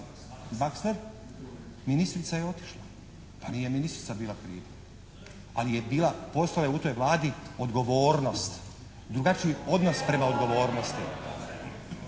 Baxter, ministrica je otišla. Pa nije ministrica bila kriva, ali je bila, postoji u toj Vladi odgovornost, drugačiji odnos prema odgovornosti.